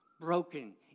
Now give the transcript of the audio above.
broken